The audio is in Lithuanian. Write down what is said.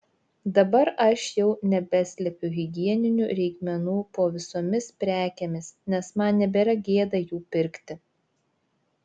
dabar aš jau nebeslepiu higieninių reikmenų po visomis prekėmis nes man nebėra gėda jų pirkti